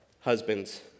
husbands